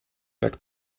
back